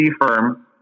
firm